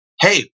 Hey